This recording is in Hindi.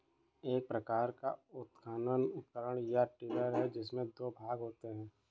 एक प्रकार का उत्खनन उपकरण, या डिगर है, जिसमें दो भाग होते है